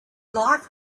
life